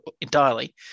entirely